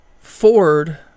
Ford